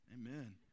amen